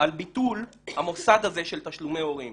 על ביטול המוסד הזה של תשלומי הורים.